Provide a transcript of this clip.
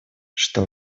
что